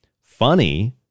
Funny